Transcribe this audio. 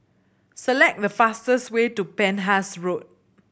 select the fastest way to Penhas Road